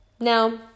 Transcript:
Now